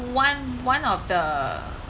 one one of the